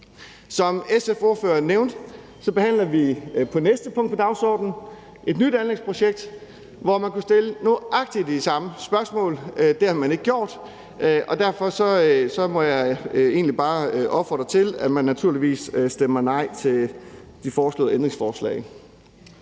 Som SF's ordfører nævnte, behandler vi under næste punkt på dagsordenen et nyt anlægsprojekt, hvor man kan stille nøjagtig de samme spørgsmål. Det har man ikke gjort, og derfor må jeg egentlig bare opfordre til, at man naturligvis stemmer nej til de stillede ændringsforslag.